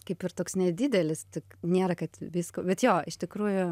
kaip ir toks nedidelis tik nėra kad visko bet jo iš tikrųjų